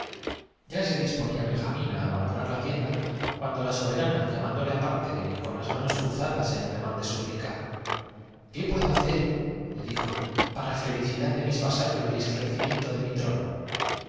ya se disponía benjamín á abandonar la tienda cuando la soberana llamándole aparte y con las manos cruzadas en ademán de súplica qué puedo hacerle dijopara felicidad de mis vasallos y esclarecimiento de mi trono